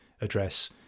address